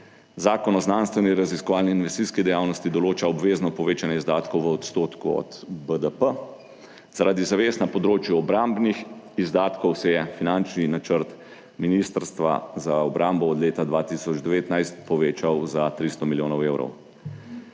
Zakon o znanstveni, raziskovalni, investicijski dejavnosti določa obvezno povečanje izdatkov v odstotku od BDP. Zaradi zavez na področju obrambnih izdatkov, se je finančni načrt Ministrstva za obrambo od leta 2019 povečal za 300 milijonov evrov.